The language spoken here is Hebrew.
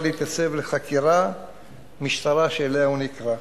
להתייצב לחקירת משטרה שאליה הוא נקרא.